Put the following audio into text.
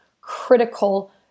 critical